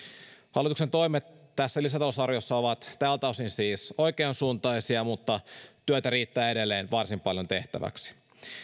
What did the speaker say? hallituksen toimet tässä lisätalousarviossa ovat tältä osin siis oikeansuuntaisia mutta työtä riittää edelleen varsin paljon tehtäväksi